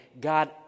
God